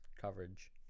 coverage